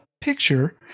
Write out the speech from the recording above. picture